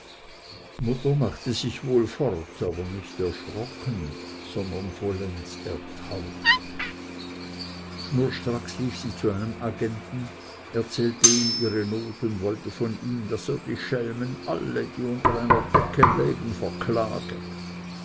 mutter machte sich wohl fort aber nicht erschrocken sondern vollends ertaubet schnurstracks lief sie zu einem agenten erzählte ihm ihre not und wollte von ihm daß er die schelmen alle die unter einer decke lägen verklage